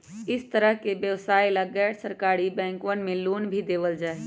हर तरह के व्यवसाय ला गैर सरकारी बैंकवन मे लोन भी देवल जाहई